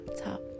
top